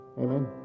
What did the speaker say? amen